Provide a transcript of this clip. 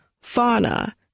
fauna